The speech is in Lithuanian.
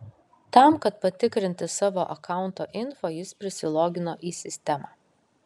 tam kad patikrinti savo akaunto info jis prisilogino į sistemą